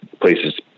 places